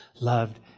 loved